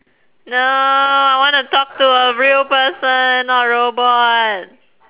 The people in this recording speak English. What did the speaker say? no I wanna talk to a real person not robot